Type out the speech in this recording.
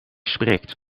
spreekt